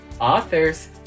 authors